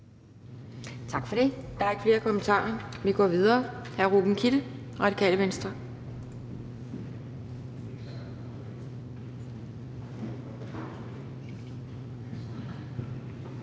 Tak for det. Der er ikke flere kommentarer. Vi går videre til hr. Ruben Kidde fra Radikale Venstre.